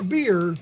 Beer